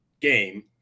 game